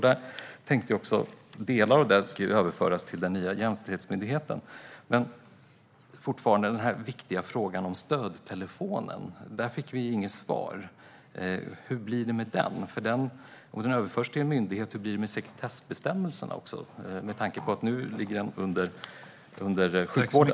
Delar av denna kunskap ska överföras till den nya jämställdhetsmyndigheten. Men den viktiga frågan om stödtelefonen har vi fortfarande inte fått något svar på. Hur blir det med den? Om den överförs till en myndighet, hur blir det med sekretessbestämmelserna? Detta med tanke på att den nu ligger under sjukvården.